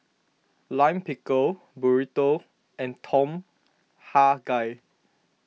Lime Pickle Burrito and Tom Kha Gai